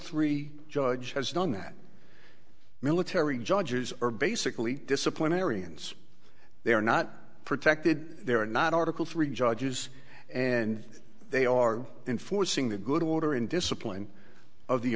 three judge has done that military judges are basically disciplinary ans they are not protected they are not article three judges and they are enforcing the good order and discipline of the